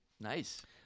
Nice